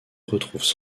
retrouvent